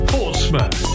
Portsmouth